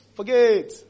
Forget